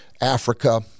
Africa